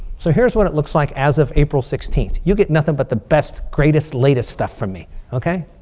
so here's what it looks like, as of april sixteenth. you get nothing but the best, greatest, latest stuff from me. okay?